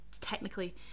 technically